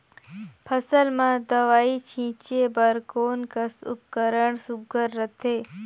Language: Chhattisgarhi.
फसल म दव ई छीचे बर कोन कस उपकरण सुघ्घर रथे?